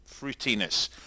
fruitiness